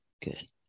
good